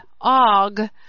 Og